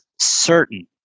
certain